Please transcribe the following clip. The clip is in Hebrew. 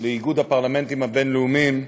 איגוד הפרלמנטים הבין-לאומיים,